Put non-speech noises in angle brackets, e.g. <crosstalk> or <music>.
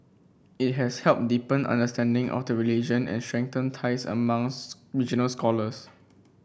it has helped deepen understanding of the religion and <unintelligible> ties among <unintelligible> regional scholars